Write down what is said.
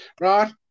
Right